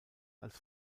als